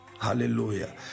Hallelujah